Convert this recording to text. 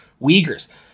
Uyghurs